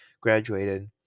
graduated